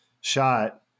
shot